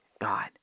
God